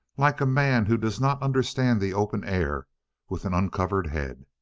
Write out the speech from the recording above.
like a man who does not understand the open air with an uncovered head.